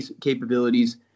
capabilities